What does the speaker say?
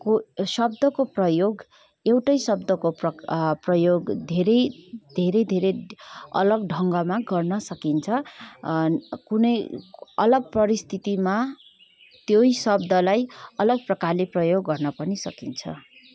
को शब्दको प्रयोग एउटै शब्दको प्रक प्रयोग धेरै धेरै अलग ढङ्गमा गर्न सकिन्छ कुनै अलग परिस्थितिमा त्यही शब्दलाई अलग प्रकारले प्रयोग गर्न पनि सकिन्छ